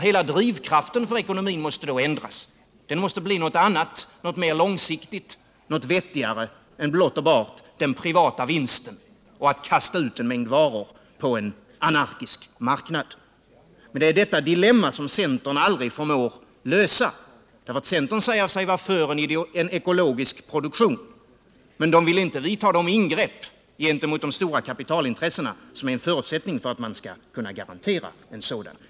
Hela drivkraften i ekonomin måste då ändras till något mera långsiktigt och vettigare än blott och bart den privata vinsten, som gör det lönande att kasta ut en mängd varor på en anarkisk marknad. Detta dilemma förmår centern inte lösa. Centern säger sig vara för en ekologisk produktion, men man vill inte företa de ingrepp gentemot de stora kapitalintressena som är en förutsättning för att man skall kunna garantera en sådan.